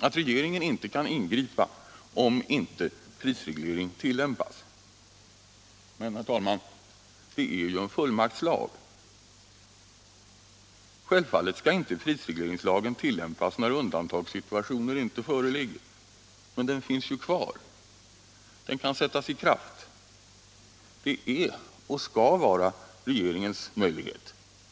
att regeringen inte kan ingripa om inte prisreglering tillämpas. Det är ju fråga om en fullmaktslag. Självfallet skall inte prisregleringslagen tillämpas när undantagssituationer inte föreligger. Men den finns ju kvar och kan sättas i kraft. Detta är och skall vara regeringens möjlighet.